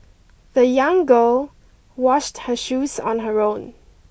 the young girl washed her shoes on her own